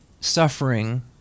suffering